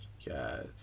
yes